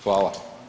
Hvala.